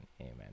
Amen